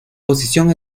posición